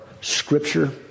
Scripture